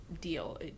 Deal